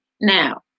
Now